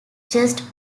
just